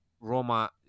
Roma